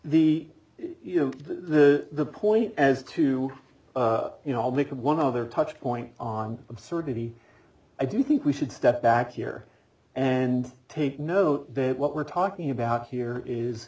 work the the point as to you know i'll make one other touch point on absurdity i do think we should step back here and take note that what we're talking about here is